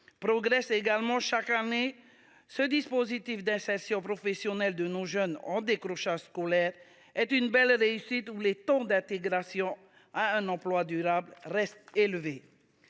progressent également chaque année. Ce dispositif d’insertion professionnelle de nos jeunes en décrochage scolaire est une belle réussite : à preuve, ses taux d’intégration à un emploi durable restent élevés.